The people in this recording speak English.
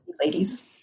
ladies